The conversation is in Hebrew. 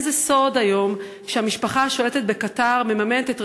זה לא סוד היום שהמשפחה השולטת בקטאר מממנת את